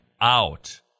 out